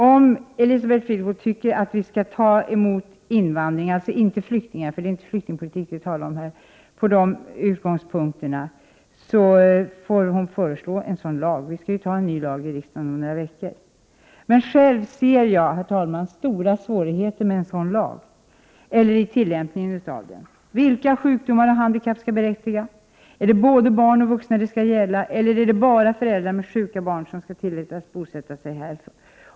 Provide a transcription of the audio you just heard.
Om Elisabeth Fleetwood anser att vi skall ta emot invandrare — vi talar i detta fall inte om flyktingar — på dessa grunder, får hon föreslå en lag som medger det. Vi skall ju i riksdagen om några veckor fatta beslut om ny lag. Men, herr talman, själv ser jag stora svårigheter med tillämpningen av en sådan lag som skulle behövas för att åstadkomma det Elisabeth Fleetwood vill. Vilka sjukdomar och handikapp skall det gälla? Skall det gälla både barn och vuxna, eller är det bara föräldrar med sjuka barn som skall tillåtas bosätta sig här?